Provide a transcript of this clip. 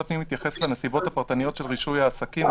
הפנים יתייחס לנסיבות הפרטניות של רישוי העסקים,